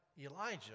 Elijah